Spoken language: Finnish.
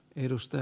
välttyä